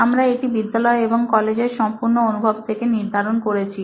আমরা এটি বিদ্যালয় এবং কলেজ এর সম্পূর্ণ অনুভব থেকে নির্ধারণ করেছি